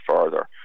further